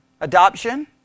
Adoption